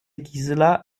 gisela